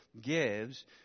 gives